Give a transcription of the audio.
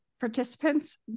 participants